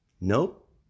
nope